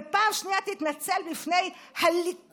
ופעם שנייה תתנצל בפני הליכודניקים.